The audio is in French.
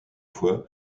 fois